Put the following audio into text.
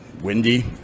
windy